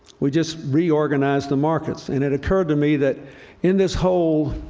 we just reorganized the markets. and it occurred to me that in this whole